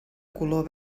color